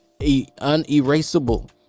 unerasable